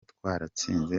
twaratsinze